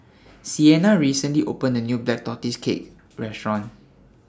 Siena recently opened A New Black Tortoise Cake Restaurant